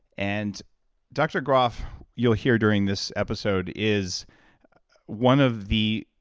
and dr. grof you'll hear during this episode, is one of the